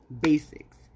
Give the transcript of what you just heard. basics